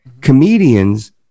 comedians